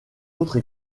autres